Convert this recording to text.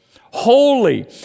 holy